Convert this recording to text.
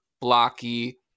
blocky